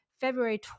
February